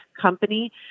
company